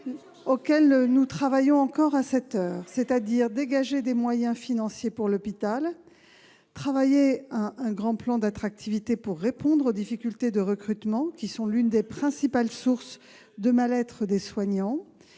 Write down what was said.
auquel nous travaillons encore à cette heure : dégager des moyens financiers pour l'hôpital ; élaborer un grand plan d'attractivité pour répondre aux difficultés de recrutement, qui sont l'une des principales sources du mal-être des soignants